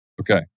Okay